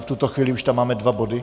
V tuto chvíli už tam máme dva body.